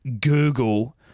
Google